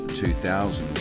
2000